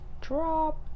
Drop